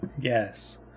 Yes